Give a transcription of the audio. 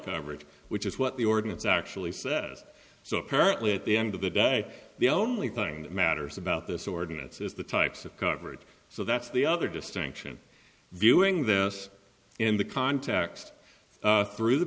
coverage which is what the ordinance actually says so apparently at the end of the day the only thing that matters about this ordinance is the types of coverage so that's the other distinction viewing this in the context through the